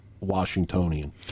Washingtonian